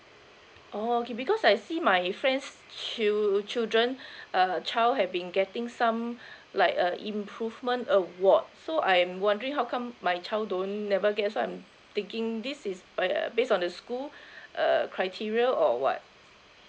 oh okay because I see my friend's chil~ children uh child had been getting some like a improvement award so I'm wondering how come my child don't never get so I'm thinking this is uh based on the school uh criteria or what